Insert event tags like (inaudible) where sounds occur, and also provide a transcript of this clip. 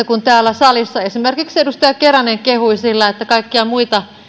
(unintelligible) kun täällä salissa esimerkiksi edustaja keränen kehui sillä että kaikkia muita